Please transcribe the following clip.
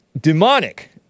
demonic